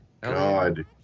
God